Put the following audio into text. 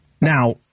Now